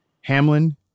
Hamlin